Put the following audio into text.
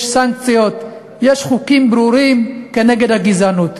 יש סנקציות, יש חוקים ברורים נגד הגזענות.